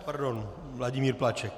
Pardon, Vladimír Plaček.